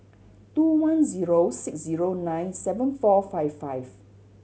two one zero six zero nine seven four five five